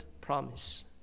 promise